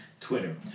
Twitter